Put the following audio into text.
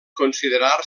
considerar